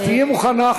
אז תהיי מוכנה,